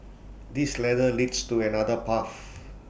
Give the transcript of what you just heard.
this ladder leads to another path